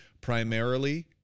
primarily